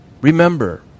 Remember